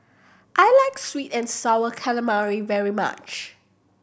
I like sweet and Sour Calamari very much